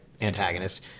antagonist